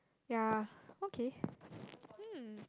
yeah okay mm